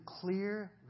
clear